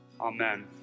Amen